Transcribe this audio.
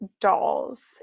dolls